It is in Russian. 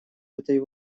этой